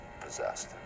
possessed